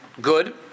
good